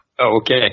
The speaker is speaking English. Okay